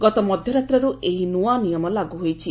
ଗତ ମଧ୍ୟରାତ୍ରରୁ ଏହି ନୂଆ ନିୟମ ଲାଗୁ ହୋଇଛି